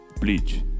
Bleach